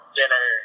dinner